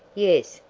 yes,